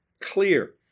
clear